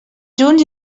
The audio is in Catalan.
junts